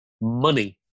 money